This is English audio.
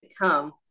come